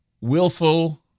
willful